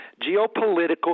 geopolitical